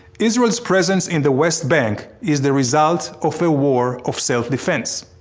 israel's presence in the west bank is the result of a war of self defense.